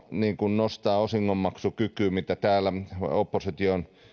nostaa osingonmaksukykyä mitä täällä opposition puheenvuoroissa